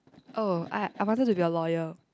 oh I I wanted to be a lawyer